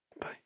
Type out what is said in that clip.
Bye